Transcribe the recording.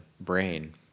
brain